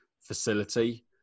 facility